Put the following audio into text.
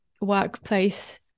workplace